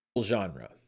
genre